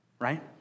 right